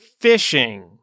fishing